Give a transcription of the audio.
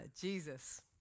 Jesus